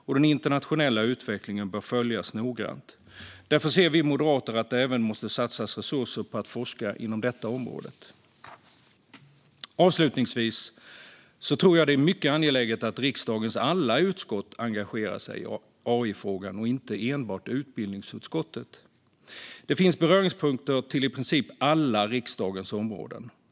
Och den internationella utvecklingen bör följas noggrant. Därför ser vi moderater att det även måste satsas resurser på att forska inom detta område. Avslutningsvis tror jag att det är mycket angeläget att riksdagens alla utskott - inte enbart utbildningsutskottet - engagerar sig i AI-frågan. Det finns beröringspunkter med i princip alla riksdagens områden.